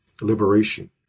liberation